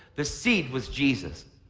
the seed was jesus.